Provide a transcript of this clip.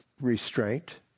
restraint